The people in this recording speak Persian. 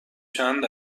چند